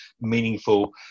meaningful